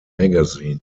magazine